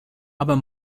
aber